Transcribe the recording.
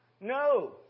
No